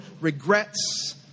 regrets